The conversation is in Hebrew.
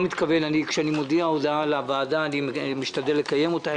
וכאשר אני מודיע הודעה לוועדה אני משתדל לקיים אותה,